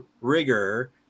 rigor –